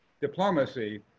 Diplomacy